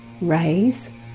raise